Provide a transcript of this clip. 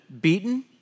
beaten